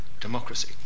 democracy